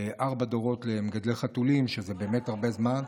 ארבעה דורות למגדלי חתולים, שזה באמת הרבה זמן.